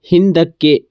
ಹಿಂದಕ್ಕೆ